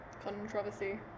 Controversy